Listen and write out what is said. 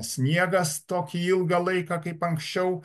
sniegas tokį ilgą laiką kaip anksčiau